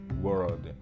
world